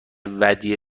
ودیعه